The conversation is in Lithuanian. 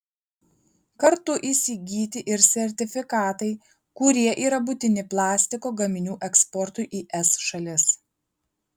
kartu įsigyti ir sertifikatai kurie yra būtini plastiko gaminių eksportui į es šalis